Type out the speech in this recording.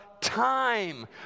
time